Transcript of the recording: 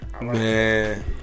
Man